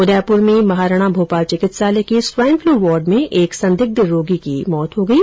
उदयपुर में भी महाराणा भोपाल चिकित्सालय के स्वाइन फ्लू वार्ड में एक संदिग्ध रोगी की मौत हो गईे